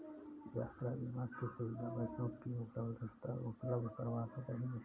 यात्रा बीमा की सुविधा बसों भी उपलब्ध करवाना चहिये